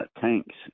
tanks